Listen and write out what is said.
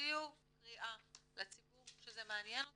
תוציאו קריאה לציבור שזה מעניין אותו,